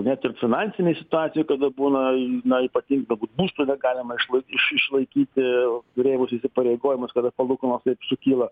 net ir finansinėj situacijoj kada būna na ypatinga galbūt būsto negalima išlai iš išlaikyti priėmus įsipareigojimus kada palūkanos taip sukyla